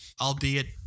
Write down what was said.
albeit